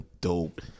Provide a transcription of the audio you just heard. dope